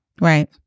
Right